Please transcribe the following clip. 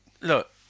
Look